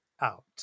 out